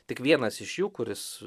tik vienas iš jų kuris